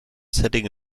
setting